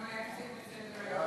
למה להסיר את זה מסדר-היום?